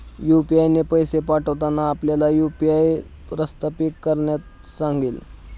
UPI ने पैसे पाठवताना आपल्याला यू.पी.आय सत्यापित करण्यास सांगेल